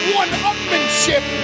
one-upmanship